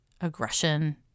aggression